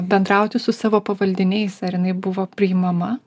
bendrauti su savo pavaldiniais ar jinai buvo priimama